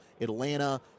Atlanta